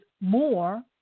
more